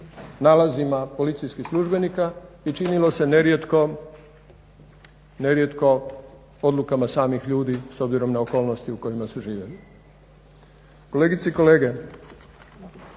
nalozima policijskih službenika i činilo se nerijetko odlukama samih ljudi s obzirom na okolnosti u kojima su živjeli. Kolegice i kolege,